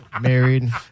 Married